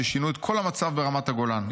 ששינו את כל המצב ברמת הגולן.